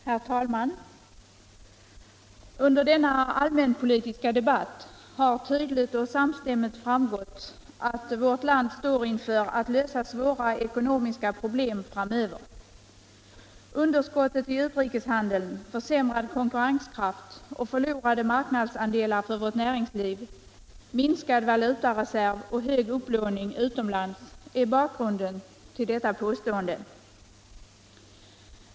Herr talman! Under denna allmänpolitiska debatt har tydligt och samstämmigt framgått att vårt land står inför svåra ekonomiska problem, som måste lösas. Underskottet i utrikeshandeln, försämrad konkurrenskraft och förlorade marknadsandelar för vårt näringsliv, minskad valutareserv och hög upplåning utomlands är bakgrunden till detta påstående.